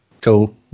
cool